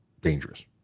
dangerous